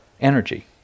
energy